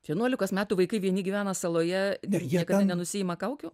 vienuolikos metų vaikai vieni gyvena saloje niekada nenusiima kaukių